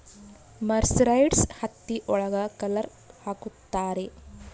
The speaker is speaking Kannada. ಮರ್ಸರೈಸ್ಡ್ ಹತ್ತಿ ಒಳಗ ಕಲರ್ ಹಾಕುತ್ತಾರೆ